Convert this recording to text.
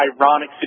ironic